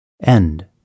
End